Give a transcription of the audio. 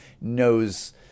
knows